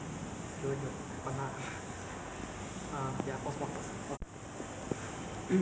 就是 ah 被 accused of being ah like rapist